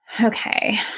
Okay